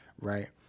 right